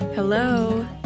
Hello